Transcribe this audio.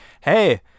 hey